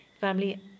Family